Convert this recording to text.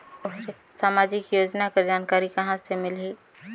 समाजिक योजना कर जानकारी कहाँ से मिलही?